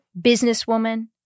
businesswoman